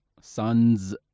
sons